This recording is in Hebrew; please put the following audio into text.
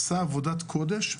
עשה עבודת קודש,